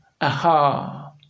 Aha